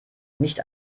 nicht